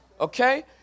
Okay